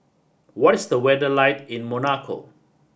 what is the weather like in Monaco